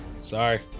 Sorry